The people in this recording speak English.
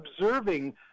observing